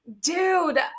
dude